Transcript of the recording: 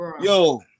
Yo